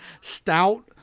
stout